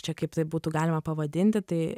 čia kaip tai būtų galima pavadinti tai